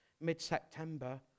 mid-September